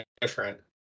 different